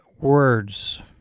words